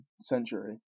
century